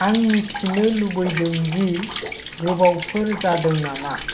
आं मिथिनो लुबैदोंदि गोबावफोर जादों नामा